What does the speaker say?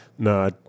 No